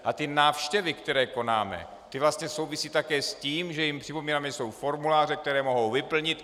A návštěvy, které konáme, ty vlastně souvisí také s tím, že jim připomínáme, že jsou formuláře, které mohou vyplnit.